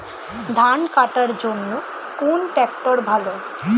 ধান কাটার জন্য কোন ট্রাক্টর ভালো?